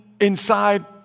inside